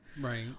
right